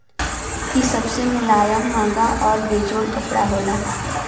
इ सबसे मुलायम, महंगा आउर बेजोड़ कपड़ा होला